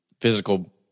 physical